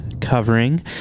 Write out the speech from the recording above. covering